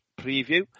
preview